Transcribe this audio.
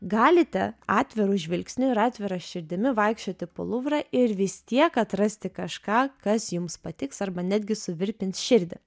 galite atviru žvilgsniu ir atvira širdimi vaikščioti po luvrą ir vis tiek atrasti kažką kas jums patiks arba netgi suvirpins širdį